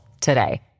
today